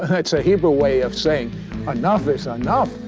that's a hebrew way of saying enough is enough.